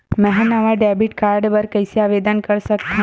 मेंहा नवा debit card बर कैसे आवेदन कर सकथव?